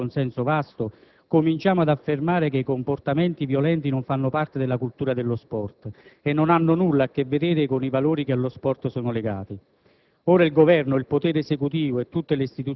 Con il provvedimento oggi al nostro esame, che spero godrà di un consenso vasto, cominciamo ad affermare che i comportamenti violenti non fanno parte della cultura dello sport e non hanno nulla a che vedere con i valori che allo sport sono legati.